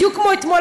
בדיוק כמו אתמול,